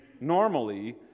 normally